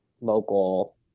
local